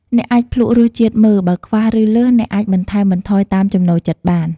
អ្នកអាចភ្លក្សរសជាតិមើល បើខ្វះ ឬលើស អ្នកអាចបន្ថែមបន្ថយតាមចំណូលចិត្តបាន។